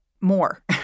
more